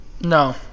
No